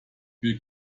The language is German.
wir